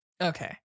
Okay